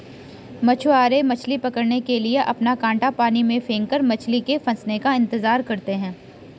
मछुआरे मछली पकड़ने के लिए अपना कांटा पानी में फेंककर मछली के फंसने का इंतजार करते है